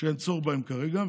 שאין צורך בהם כרגע.